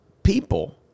people